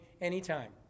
anytime